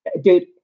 dude